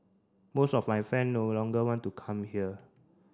most of my friend no longer want to come here